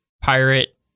pirate